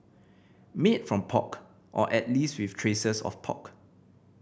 made from pork or at least with traces of pork